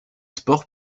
spores